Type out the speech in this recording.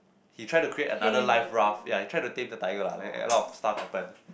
he try to create another life raft ya he try to tap the tiger lah then a lot of stuff happen